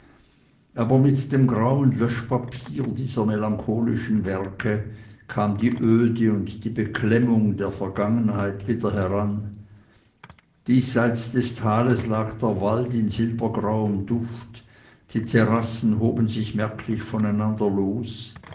aber mit dem grauen löschpapier dieser melancholischen werke kam die öde und die beklemmung der vergangenheit wieder heran jenseits des tales lag der wald in silbergrauem duft die terrassen hoben sich merklich voneinander los